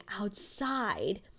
outside